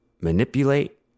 manipulate